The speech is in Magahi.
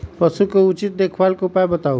पशु के उचित देखभाल के उपाय बताऊ?